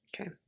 Okay